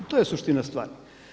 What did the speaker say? I to je suština stvari.